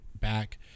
back